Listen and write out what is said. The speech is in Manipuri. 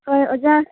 ꯍꯣꯏ ꯑꯣꯖꯥ